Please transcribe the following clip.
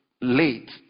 late